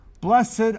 Blessed